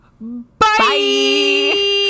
Bye